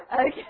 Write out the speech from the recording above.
Okay